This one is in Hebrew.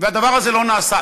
והדבר הזה לא נעשה.